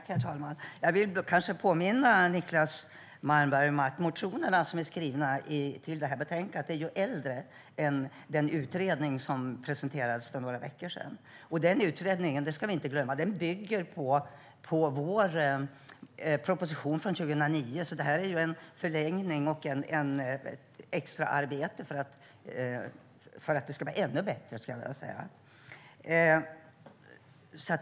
Herr talman! Jag vill kanske påminna Niclas Malmberg om att de motioner som behandlas i det här betänkandet är äldre än den utredning som presenterades för några veckor sedan. Den utredningen - det ska vi inte glömma - bygger på vår proposition från 2009, så det här är en förlängning och ett extraarbete för att det ska vara ännu bättre, skulle jag vilja säga.